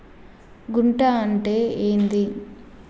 గుంట అంటే ఏంది?